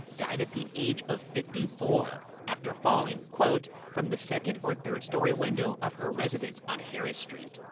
died at the age of fifty four after falling, quote, from the second or third story window of her residence on harris street,